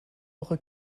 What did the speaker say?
eure